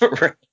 Right